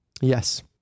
Yes